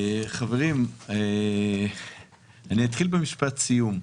חברים, אתחיל במשפט סיום.